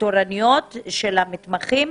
התורנות של המתמחים.